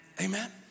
Amen